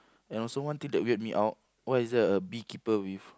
and also one thing that weird me out why is there a beekeeper with